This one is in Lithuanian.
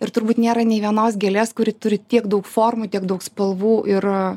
ir turbūt nėra nė vienos gėlės kuri turi tiek daug formų tiek daug spalvų ir